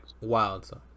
wild